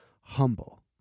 humble